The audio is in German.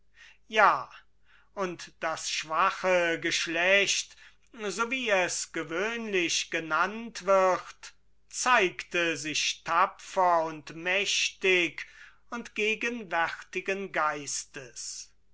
ja und das schwache geschlecht so wie es gewöhnlich genannt wird zeigte sich tapfer und mächtig und gegenwärtigen geistes